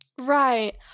Right